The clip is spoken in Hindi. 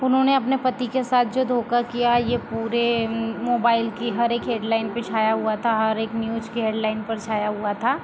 उन्होंने अपने पति के साथ जो धोखा किया ये पूरे मोबाइल की हर एक हेडलाइन पर छाया हुआ था हर एक न्यूज़ की हेडलाइन पर छाया हुआ था